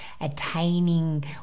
attaining